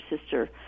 sister